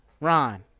Ron